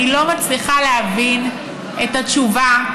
אני לא מצליחה להבין את התשובה,